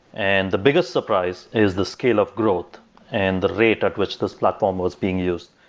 and the biggest surprise is the scale of growth and the rate at which this platform was being used.